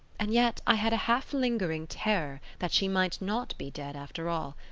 and yet i had a half-lingering terror that she might not be dead after all,